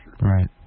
Right